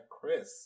Chris